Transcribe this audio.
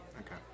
Okay